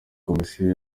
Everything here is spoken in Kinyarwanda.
komisiyo